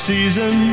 Season